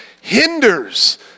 hinders